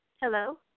Hello